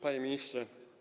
Panie Ministrze!